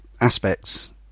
aspects